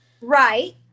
Right